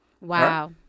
Wow